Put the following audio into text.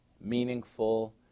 meaningful